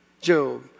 Job